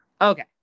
Okay